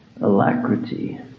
alacrity